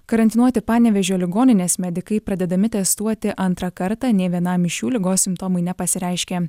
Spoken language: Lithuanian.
karantinuoti panevėžio ligoninės medikai pradedami testuoti antrą kartą nė vienam iš jų ligos simptomai nepasireiškė